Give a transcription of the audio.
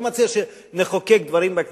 אני לא מציע שנחוקק דברים בכנסת.